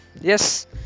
yes